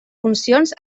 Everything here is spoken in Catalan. funcions